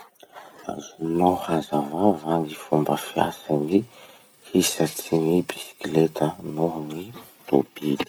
Azonao hazavà va gny fomba fiasan'ny hisatrin'ny bisikileta noho gny tobily?